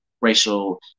racial